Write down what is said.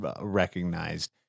recognized